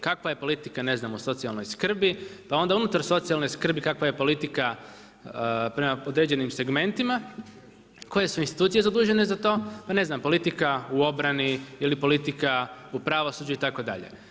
Kakva je politika ne znam o socijalnoj skrbi pa onda unutar socijalne skrbi kakva je politika prema određenim segmentima, koje su institucije zadužene za to, pa ne znam politika u obrani ili politika u pravosuđu itd.